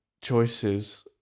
choices